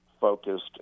focused